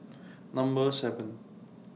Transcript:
Number seven